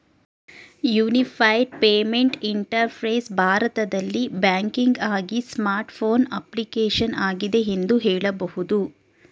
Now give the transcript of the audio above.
unified payment interface ಭಾರತದಲ್ಲಿ ಬ್ಯಾಂಕಿಂಗ್ಆಗಿ smart phone application ಆಗಿದೆ ಎಂದು ಹೇಳಬಹುದು